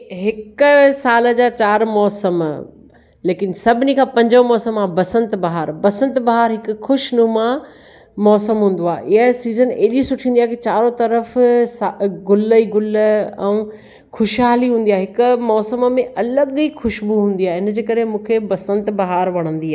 हिकु साल जा चारि मौसमु लेकिन सभिनी खां पंजो मौसमु आहे बसंत बहार बसंत बहार हिकु ख़ुशनुमा मौसमु हूंदो आहे इहा सीज़न एड़ी सुठी हूंदी आहे की चारों तरफ़ गुल गुल ऐं ख़ुशहाली हूंदी आहे हिकु मौसमु में अलॻि ई ख़ुशबू हूंदी आहे हिन जे करे मूंखे बसंत बहार वणंदी आहे